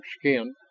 skin